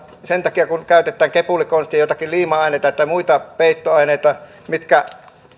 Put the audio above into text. sen takia kun käytetään kepulikonsteja joitakin liima aineita tai muita peittoaineita mitkä